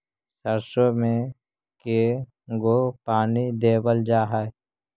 सरसों में के गो पानी देबल जा है?